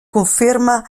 conferma